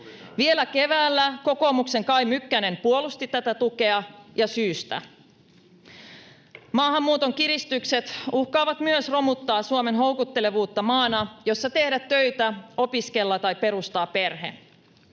Vielä keväällä kokoomuksen Kai Mykkänen puolusti tätä tukea, ja syystä. Maahanmuuton kiristykset uhkaavat myös romuttaa Suomen houkuttelevuutta maana, jossa tehdä töitä, opiskella tai perustaa perhe.